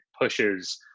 pushes